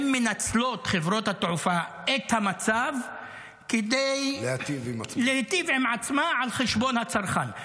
חברות התעופה מנצלות את המצב כדי להיטיב עם עצמן על חשבון הצרכן.